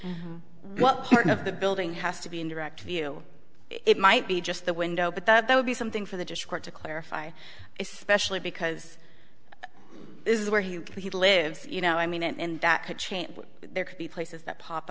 well part of the building has to be in direct view it might be just the window but that would be something for the discord to clarify especially because this is where he lives you know i mean and that could change but there could be places that pop